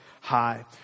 high